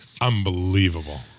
Unbelievable